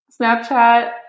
snapchat